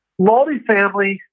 multifamily